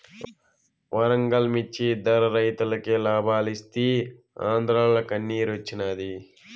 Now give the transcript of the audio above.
వరంగల్ మిచ్చి ధర రైతులకి లాబాలిస్తీ ఆంద్రాల కన్నిరోచ్చినాది